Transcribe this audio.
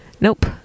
nope